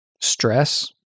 stress